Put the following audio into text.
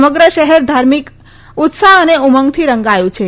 સમગ્ર શહેર ધાર્મિક ઉત્સાહ અને ઉમંગથી રંગાયું છે